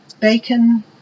bacon